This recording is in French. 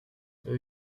eux